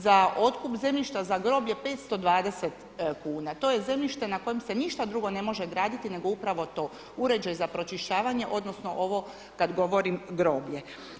Za otkup zemljišta za groblje 520 kuna, to je zemljište na kojem se ništa drugo ne može graditi nego upravo to, uređaj za pročišćavanje odnosno ovo kada govorim groblje.